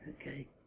Okay